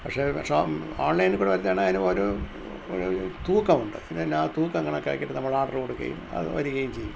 പക്ഷെ ഷോം ഓൺലൈനിൽ കൂടെ വരുത്തുകയാണേൽ അതിന് ഒരു ഒര് തൂക്കമുണ്ട് അതിനാ തൂക്കം കണക്കാക്കിയിട്ട് നമ്മൾ ഓർഡർ കൊടുക്കുകയും വരികയും ചെയ്യും